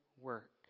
work